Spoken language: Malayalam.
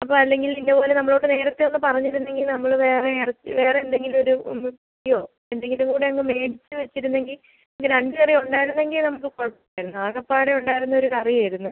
അപ്പോൾ അല്ലെങ്കിൽ ഇതിൻ്റെ പോലെ നമ്മളോട് നേരത്തെ ഒന്ന് പറഞ്ഞിരുന്നെങ്കിൽ നമ്മള് വേറെ ഇറച്ചി വേറെ എന്തെങ്കിലും ഒരു ഒന്ന് യോ എന്തെങ്കിലും കൂടെയങ്ങ് മേടിച്ച് വെച്ചിരുന്നെങ്കിൽ രണ്ട് കറിയുണ്ടായിരുന്നെങ്കിൽ നമുക്ക് കുഴപ്പമില്ലായിരുന്നു ആകപ്പാടെ ഉണ്ടായിരുന്ന ഒരു കറിയായിരുന്നു